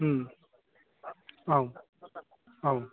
औ औ